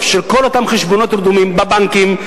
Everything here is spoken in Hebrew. של כל אותם חשבונות רדומים בבנקים,